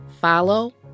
Follow